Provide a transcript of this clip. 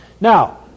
Now